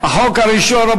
החוק הראשון, אדוני היושב-ראש?